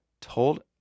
told